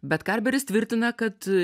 bet karberis tvirtina kad